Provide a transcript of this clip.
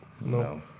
No